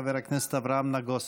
חבר הכנסת אברהם נגוסה.